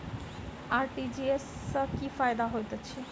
RTGS सँ की फायदा होइत अछि?